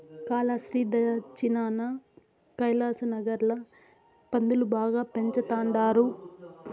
కాలాస్త్రి దచ్చినాన కైలాసనగర్ ల పందులు బాగా పెంచతండారు